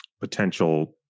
potential